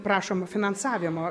prašom finansavimo